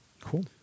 Cool